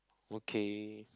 okay